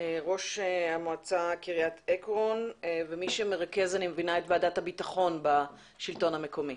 ראש המועצה קריית עקרון ומי שמרכז את ועדת הביטחון בשלטון המקומי.